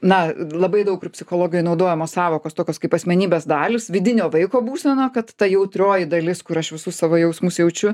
na labai daug kur psichologijoj naudojamos sąvokos tokios kaip asmenybės dalys vidinio vaiko būsena kad ta jautrioji dalis kur aš visus savo jausmus jaučiu